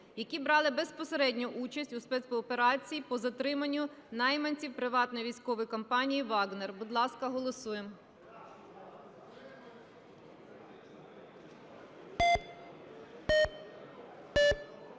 які брали безпосередню участь у спецоперації по затриманню найманців приватної військової компанії "Вагнер". Будь ласка, голосуємо.